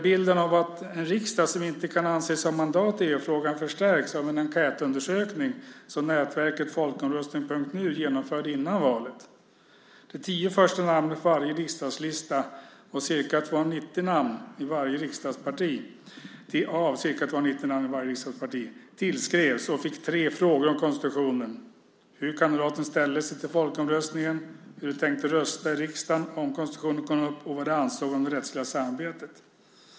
Bilden av en riksdag som inte kan anses ha mandat i EU-frågan förstärks av en enkätundersökning som nätverket folkomröstning.nu genomförde innan valet. De tio första namnen på varje riksdagslista, av ca 290 namn i varje riksdagsparti, tillskrevs och fick tre frågor om konstitutionen: hur kandidaterna ställde sig till folkomröstningen, hur de tänkte rösta i riksdagen om konstitutionen kom upp och vad de ansåg om det rättsliga samvetet.